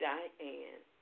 Diane